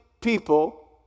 people